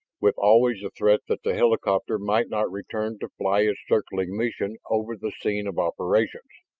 with always the threat that the helicopter might not return to fly its circling mission over the scene of operations.